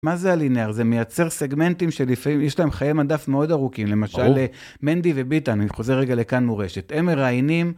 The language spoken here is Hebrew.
מה זה הלינאר? זה מייצר סגמנטים שלפעמים, יש להם חיי מדף מאוד ארוכים, למשל, מנדי וביטן, אני חוזר רגע לכאן מורשת, הם מראיינים.